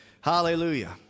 Hallelujah